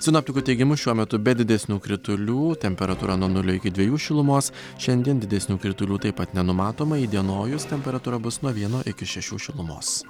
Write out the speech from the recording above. sinoptikų teigimu šiuo metu be didesnių kritulių temperatūra nuo nulio iki dviejų šilumos šiandien didesnių kritulių taip pat nenumatoma įdienojus temperatūra bus nuo vieno iki šešių šilumos